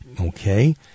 Okay